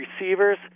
receivers